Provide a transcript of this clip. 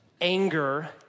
anger